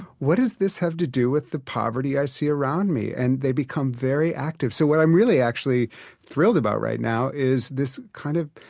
what does this have to do with the poverty i see around me? and they become very active. so what i'm really actually thrilled about right now is this kind of,